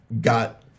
got